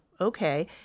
okay